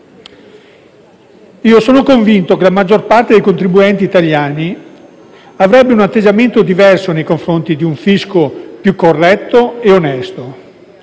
Io sono convinto che la maggior parte dei contribuenti italiani avrebbe un atteggiamento diverso nei confronti di un fisco più corretto e onesto,